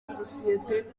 sosiyete